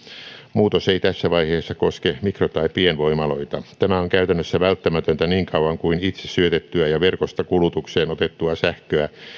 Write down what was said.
muutos ei tässä vaiheessa koske mikro tai pienvoimaloita tämä on käytännössä välttämätöntä niin kauan kuin itse syötettyä ja verkosta kulutukseen otettua sähköä